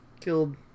killed